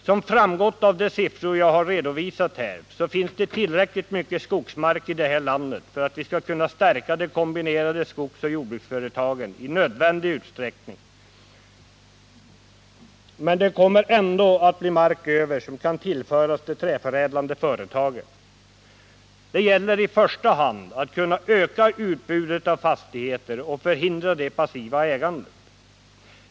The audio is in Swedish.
Som framgått av de siffror jag har redovisat här finns det tillräckligt mycket skogsmark i det här landet för att vi skall kunna stärka de kombinerade skogsoch jordbruksföretagen i nödvändig utsträckning; det kommer ändå att bli mark över, som kan tillföras de träförädlande företagen. Det gäller i första hand att kunna öka utbudet av fastigheter ocn förhindra det passiva ägandet.